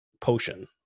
potion